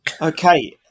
Okay